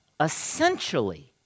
essentially